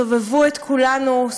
סובבו את כולנו.